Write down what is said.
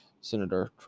Senator